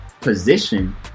position